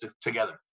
together